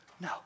No